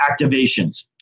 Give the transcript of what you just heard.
activations